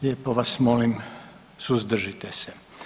Lijepo vas molim suzdržite se!